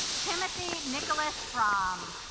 timothy nicholas from